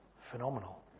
Phenomenal